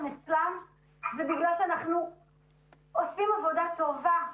אצלן זה בגלל שאנחנו עושים עבודה טובה.